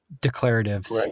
declaratives